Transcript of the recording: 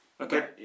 Okay